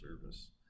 service